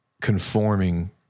conforming